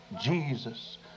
Jesus